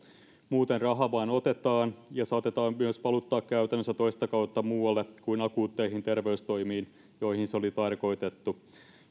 muuten raha vain otetaan ja saatetaan valuttaa käytännössä toista kautta muualle kuin akuutteihin terveystoimiin joihin se oli tarkoitettu